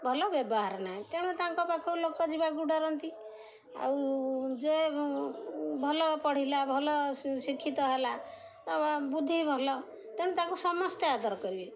ଭଲ ବ୍ୟବହାର ନାହିଁ ତେଣୁ ତାଙ୍କ ପାଖ ଲୋକ ଯିବାକୁ ଡ଼ରନ୍ତି ଆଉ ଯେ ଭଲ ପଢ଼ିଲା ଭଲ ଶିକ୍ଷିତ ହେଲା ବା ବୁଦ୍ଧି ଭଲ ତେଣୁ ତାଙ୍କୁ ସମସ୍ତେ ଆଦର କରିବେ